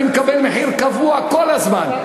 אני מקבל מחיר קבוע כל הזמן.